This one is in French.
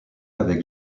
avec